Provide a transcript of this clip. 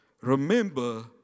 Remember